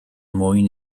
mwyn